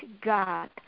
God